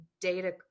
data